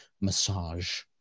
massage